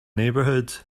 neighborhood